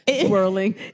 swirling